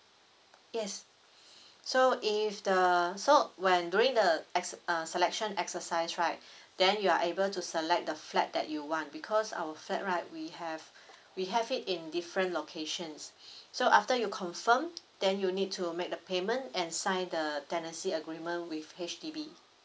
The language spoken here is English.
yes so if the so when during the ex~ uh selection exercise right then you are able to select the flat that you want because our flat right we have we have it in different locations so after you confirm then you need to make the payment and sign the tenancy agreement with H_D_B